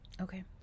Okay